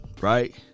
right